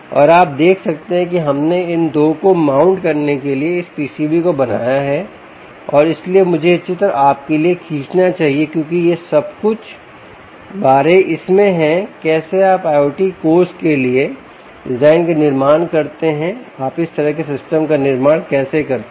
और आप देख सकते हैं कि हमने इन दो को माउंट करने के लिए इस पीसीबी को बनाया है और इसलिए मुझे यह चित्र आपके लिए खींचना चाहिए क्योंकि सब कुछ बारे इस में है कैसे आप IOT कोर्स के लिए डिज़ाइन का निर्माण करते हैं आप इस तरह के सिस्टम का निर्माण कैसे करते हैं